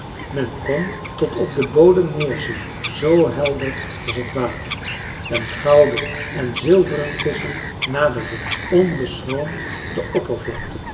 men kon tot op den bodem neerzien zoo helder was het water en gouden en zilveren visschen naderden onbeschroomd de oppervlakte